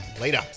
later